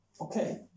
okay